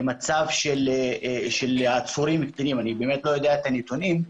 למצב של עצורים קטינים אני באמת לא יודע את הנתונים,